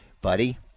buddy